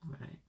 Right